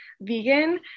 vegan